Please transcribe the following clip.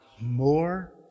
more